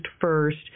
first